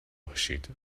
باشید